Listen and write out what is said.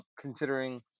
considering